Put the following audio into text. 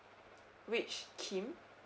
which kim